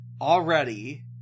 already